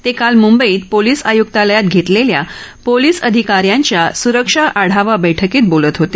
ते काल मुंबईत पोलिस आयुक्तालयात घेतलेल्या पोलिस अधिका यांच्या सुरक्षा आढावा बैठकीत बोलत होते